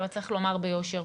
אבל צריך לומר ביושר,